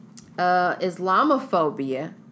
Islamophobia